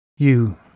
You